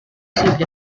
seat